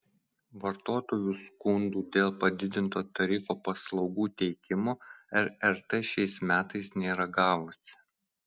vartotojų skundų dėl padidinto tarifo paslaugų teikimo rrt šiais metais nėra gavusi